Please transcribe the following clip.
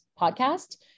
podcast